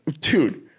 dude